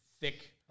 thick